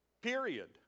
Period